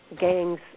gangs